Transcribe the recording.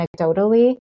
anecdotally